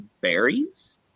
berries